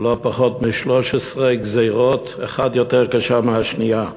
לא פחות מ-13 גזירות, האחת יותר קשה מהשנייה.